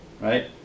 Right